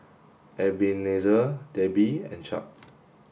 Ebenezer Debby and Chuck